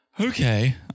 Okay